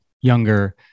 younger